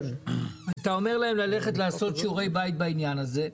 אתה אומר להם ללכת לעשות שיעורי בית בעניין הזה,